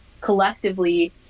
collectively